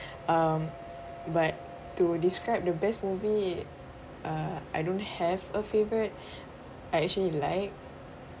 um but to describe the best movie uh I don't have a favorite I actually like